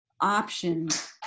options